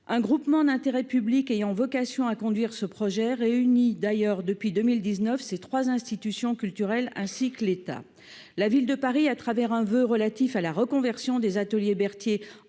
un groupement d'intérêt public ayant vocation à conduire ce projet réunit d'ailleurs depuis 2019, ces 3 institutions culturelles ainsi que l'État, la ville de Paris à travers un voeu relatif à la reconversion des Ateliers Berthier